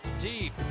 Deep